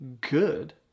good